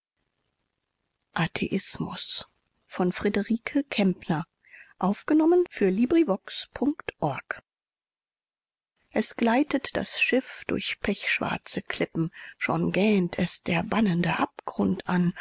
es gleitet das schiff durch pechschwarze klippen schon gähnt es der bannende abgrund an